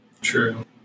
True